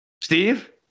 Steve